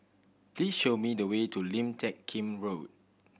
please show me the way to Lim Teck Kim Road